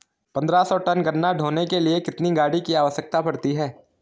पन्द्रह सौ टन गन्ना ढोने के लिए कितनी गाड़ी की आवश्यकता पड़ती है?